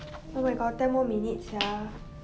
oh my god ten more minutes sia